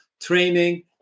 training